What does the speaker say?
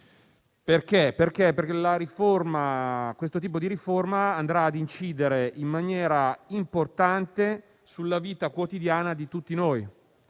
momento che questo tipo di riforma andrà ad incidere in maniera importante sulla vita quotidiana di tutti noi,